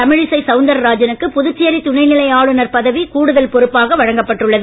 தமிழிசை சவுந்தரராஜனுக்கு புதுச்சேரி துணைநிலை ஆளுனர் பதவி கூடுதல் பொறுப்பாக வழங்கப் பட்டுள்ளது